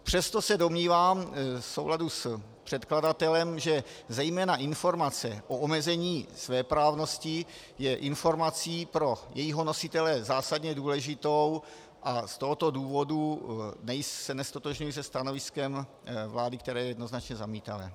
Přesto se domnívám v souladu s předkladatelem, že zejména informace o omezení svéprávnosti je informací pro jejího nositele zásadně důležitou, a z tohoto důvodu se neztotožňuji se stanoviskem vlády, které je jednoznačně zamítavé.